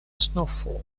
snowfall